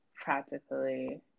practically